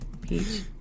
peach